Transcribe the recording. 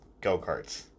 go-karts